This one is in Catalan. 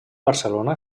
barcelona